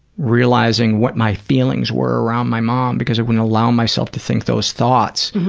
realizing what my feelings were around my mom because i wouldn't allow myself to think those thoughts.